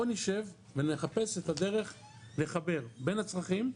בוא נשב ונחפש את הדרך לחבר בין הצרכים,